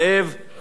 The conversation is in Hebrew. גנאים וטיבי.